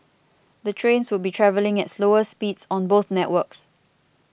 the trains would be travelling at slower speeds on both networks